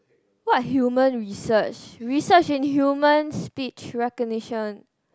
what human research research in human speech recognition